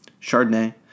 Chardonnay